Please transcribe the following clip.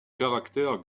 caractère